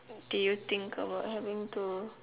do you think about having to